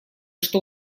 что